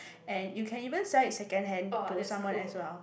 and you can even sell in second hand to someone as well